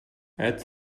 add